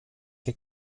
che